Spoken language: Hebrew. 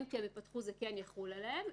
כשהם ייפתחו זה כן יחול עליהם,